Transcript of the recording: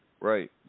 Right